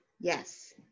Yes